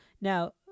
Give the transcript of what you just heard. Now